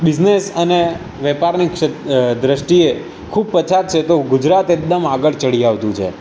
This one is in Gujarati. બિઝનેસ અને વેપારની દૃષ્ટિએ ખૂબ પછાત છે તો ગુજરાત એકદમ આગળ ચઢી આવતું છે